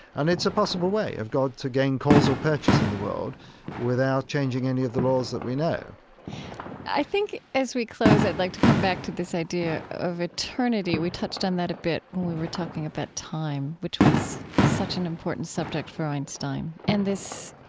and it's a possible way of god to gain cause or purchase in the world without changing any of the laws that we know i think, as we close, i'd like to come back to this idea of eternity. we touched on that a bit when we were talking about time which was such an important subject for einstein and this